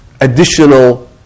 additional